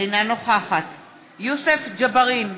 אינה נוכחת יוסף ג'בארין,